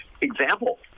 Example